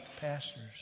Pastors